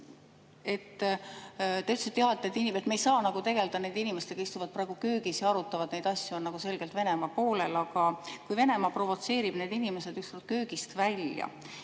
Te ütlesite, et me ei saa tegelda nende inimestega, kes istuvad praegu köögis, arutavad neid asju ja on selgelt Venemaa poolel. Aga kui Venemaa provotseerib need inimesed ükskord köögist välja?